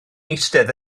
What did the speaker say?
eistedd